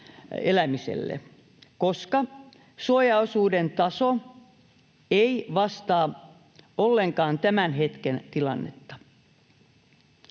koska suojaosuuden taso ei vastaa ollenkaan tämän hetken tilannetta.